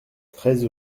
treize